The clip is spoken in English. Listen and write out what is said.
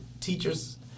teachers